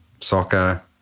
soccer